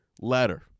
letter